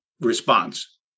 response